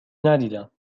ندیدم